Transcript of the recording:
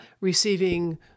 receiving